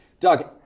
Doug